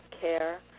care